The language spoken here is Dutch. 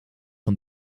van